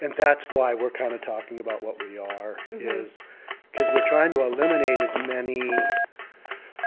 and that's why we're kind of talking about what we are. is because we're trying to eliminate as many